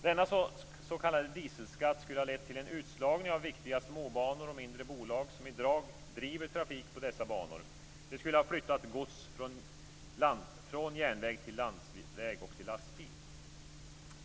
Denna s.k. dieselskatt skulle ha lett till en utslagning av viktiga småbanor och mindre bolag som i dag driver trafik på dessa banor. Det skulle ha flyttat gods från järnväg till landsväg och lastbil.